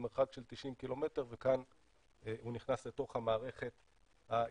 במרחק של 90 קילומטר וכאן הוא נכנס לתוך המערכת הישראלית.